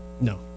No